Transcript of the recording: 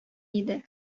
иде